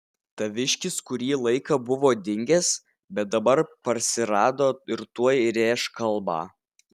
taviškis kurį laiką buvo dingęs bet dabar parsirado ir tuoj rėš kalbą